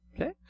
Okay